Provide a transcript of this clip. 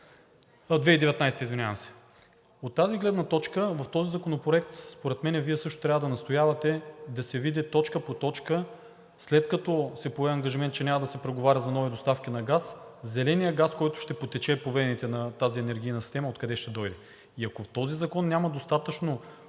2019-а, извинявам се. От тази гледна точка в този законопроект според мен Вие също трябва да настоявате да се види точка по точка, след като се пое ангажимент, че няма да се преговаря за нови доставки на газ, зеленият газ, който ще потече по вените на тази енергийна система, откъде ще дойде. И ако в този закон няма достатъчно